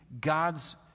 God's